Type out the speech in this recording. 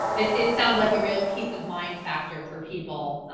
it it sounds like a real peace of mind factor for people,